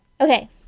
Okay